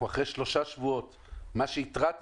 אנחנו אחרי שלושה שבועות מה שהתרעתי